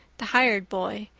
the hired boy,